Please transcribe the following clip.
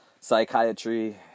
psychiatry